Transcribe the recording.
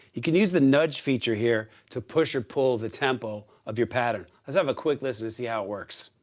you can use the nudge feature here to push and pull the tempo of your pattern. let's have a quick listen to see how it works.